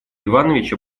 иванович